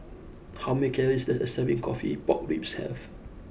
how many calories does a serving of Coffee Pork Ribs have